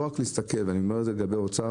רק להסתכל ואני אומר את זה לגבי האוצר,